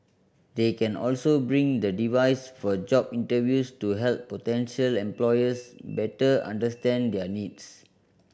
they can also bring the device for job interviews to help potential employers better understand their needs